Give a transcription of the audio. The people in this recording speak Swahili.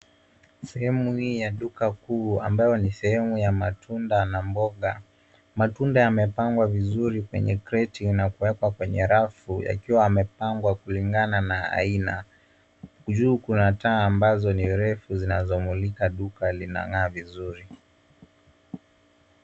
Sehemu hii ya duka kuu ambayo ni sehemu ya matunda na mboga. Matunda yamepangwa kwenye kreti na kuwekwa kwenye rafu yakiwa yamepangwa kulingana na aina, juu kuna taa ambazo ni refu zinazo mulika duka zinang'aa vizuri.